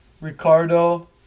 Ricardo